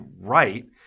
right